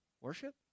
worship